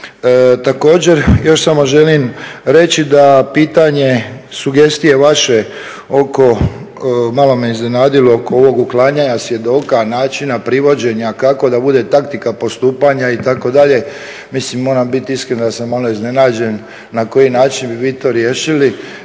Također, još samo želim reći da pitanje, sugestije vaše, malo me iznenadilo oko ovog uklanjanja svjedoka, načina privođenja kako da bude taktika postupanja itd. Mislim moram biti iskren da sam malo iznenađen na koji način bi vi to riješili.